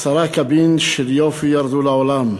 עשרה קבין של יופי ירדו לעולם,